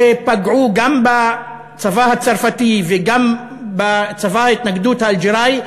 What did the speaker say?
שפגעו גם בצבא הצרפתי וגם בצבא ההתנגדות האלג'ירי,